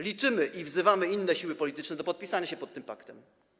Liczymy, wzywamy inne siły polityczne do podpisania się pod tym paktem.